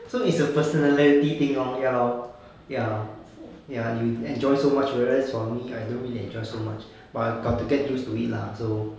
so it's a personality thing lor ya lor ya ya you enjoy so much whereas for me I don't really enjoy so much but got to get used to it lah so